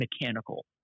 mechanical